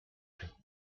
dem